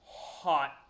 Hot